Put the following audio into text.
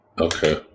Okay